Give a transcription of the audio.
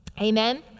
amen